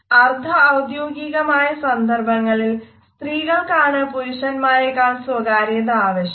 അർദ്ധ ഔദ്യോഗീകമായ സന്ദർഭങ്ങളിൽ സ്ത്രീകൾക്കാണ് പരുഷന്മാരെക്കാൾ സ്വകാര്യത ആവശ്യം